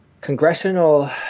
congressional